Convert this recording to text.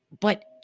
But-